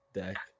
deck